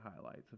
highlights